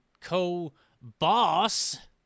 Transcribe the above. co-boss